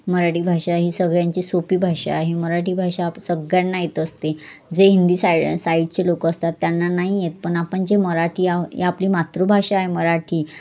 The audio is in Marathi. मराठी भाषा ही सगळ्यांची सोपी भाषा आहे मराठी भाषा आप सगळ्यांना येत असते जे हिंदी साई साईडचे लोक असतात त्यांना नाही येत पण आपण जे मराठी आपली मातृभाषा आहे मराठी